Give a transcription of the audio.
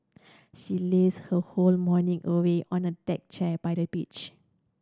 she lazed her whole morning away on a deck chair by the beach